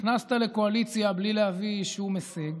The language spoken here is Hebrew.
שנכנסת לקואליציה בלי להביא שום הישג